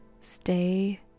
stay